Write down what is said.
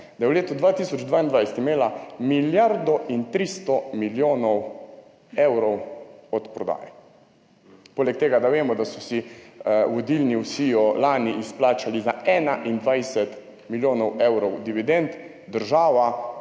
da je v letu 2022 imela milijardo 300 milijonov evrov od prodaje, poleg tega, da vemo, da so si vodilni v SIJ lani izplačali za 21 milijonov evrov dividend, država